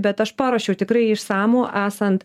bet aš paruošiau tikrai išsamų esant